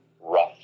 rough